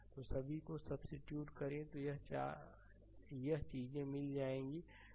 तो सभी को सब्सीट्यूट करें तो यह चीजें मिल जाएगा